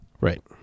Right